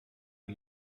the